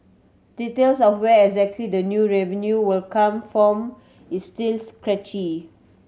details of where exactly the new revenue will come form is still sketchy